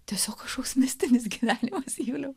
tiesiog kažkoks mistinis gyvenimas juliau